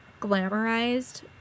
glamorized